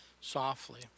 softly